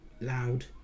loud